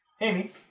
Amy